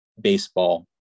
baseball